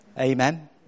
Amen